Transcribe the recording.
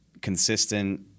consistent